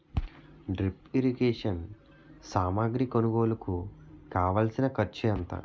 drip irrigation సామాగ్రి కొనుగోలుకు కావాల్సిన ఖర్చు ఎంత